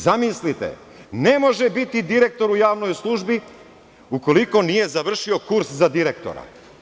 Zamislite, ne može biti direktor u javnoj službi, ukoliko nije završio kurs za direktora.